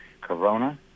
Corona